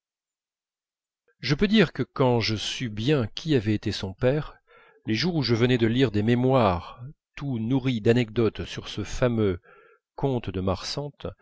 je peux dire que quand je sus bien qui avait été son père les jours où je venais de lire des mémoires tout nourris d'anecdotes sur ce